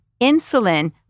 Insulin